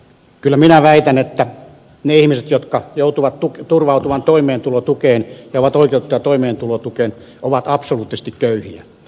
kyllä minä väitän että ne ihmiset jotka joutuvat turvautumaan toimeentulotukeen ja ovat siihen oikeutettuja ovat absoluuttisesti köyhiä